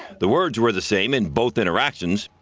the words were the same in both interactions.